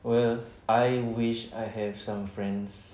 well I wish I have some friends